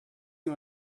you